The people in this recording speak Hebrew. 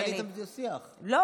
לא, את מנהלת איתם דו-שיח, הם